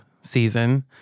season